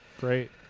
Great